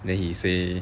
then he say